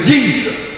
Jesus